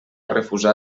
refusar